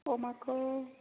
अमाखौ